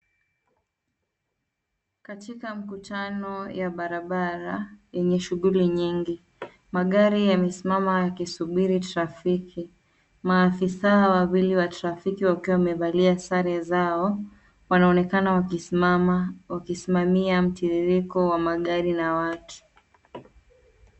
Katika mkutano ya barabara, yenye shughuli nyingi. Magari yamesimama yakisubiri trafiki. Maafisa wawili wa trafiki wakiwa wamevalia sare zao. Wanaonekana wakisimamia mtiririko wa magari na watu.